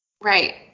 Right